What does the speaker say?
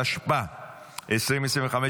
התשפ"ה 2025,